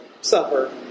suffer